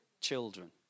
children